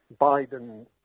Biden